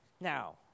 Now